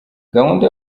gahunda